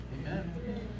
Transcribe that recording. Amen